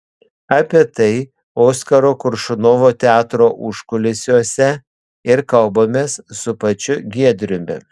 apie tai oskaro koršunovo teatro užkulisiuose ir kalbamės su pačiu giedriumi